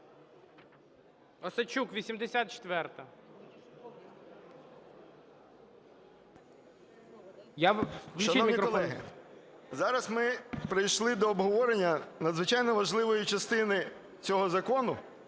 Шановні колеги, зараз ми перейшли до обговорення надзвичайно важливої частини цього закону,